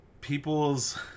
people's